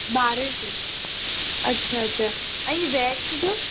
ॿारहें सै अच्छा अच्छा ऐं वैक्स जो